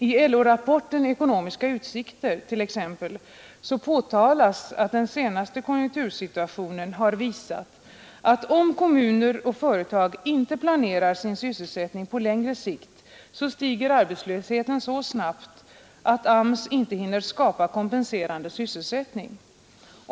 I LO-rapporten ”Ekonomiska utsikter” t.ex. påtalas att den senaste konjunktursituationen har visat att om kommunerna och företagen inte planerar sin sysselsättning på längre sikt stiger arbetslösheten så snabbt att AMS inte hinner skapa kompenserande sysselsättning.